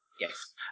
yes